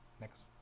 next